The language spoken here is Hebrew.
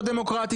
לא דמוקרטי,